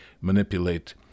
manipulate